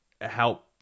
help